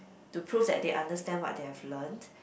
to prove that they understand what they have learnt